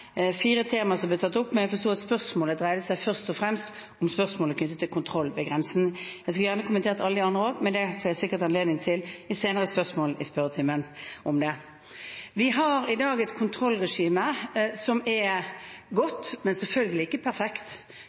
fire temaer som ble tatt opp, men jeg forsto at spørsmålet først og fremst dreide seg om kontroll ved grensen. Jeg skulle gjerne kommentert alle de andre også, men det får jeg sikkert anledning til i senere spørsmål i spørretimen. Vi har i dag et kontrollregime som er godt, men selvfølgelig ikke perfekt.